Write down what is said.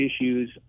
issues